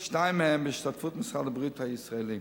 שניים מהם בהשתתפות משרד הבריאות הישראלי.